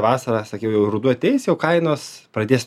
vasarą sakiau jau ruduo ateis jau kainos pradės